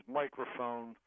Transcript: microphone